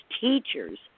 teachers